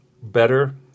Better